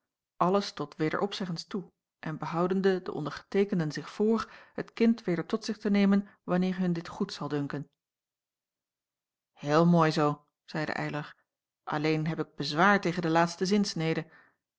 weder toe en behoudende de ondergeteekenden zich voor het kind weder tot zich te nemen wanneer hun dit goed zal dunken heel mooi zoo zeide eylar alleen heb ik bezwaar tegen de laatste zinsnede